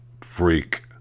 freak